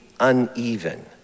uneven